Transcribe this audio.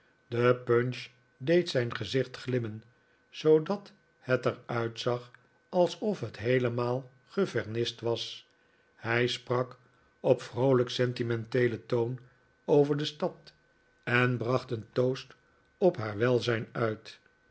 de punch deed zijn gezicht glimmen zoodat het er uitzag alsof het heelemaal gevernist was hij sprak op vroolijk sentimenteelen toon oyer de stad en bracht een toast op haar welzijn uit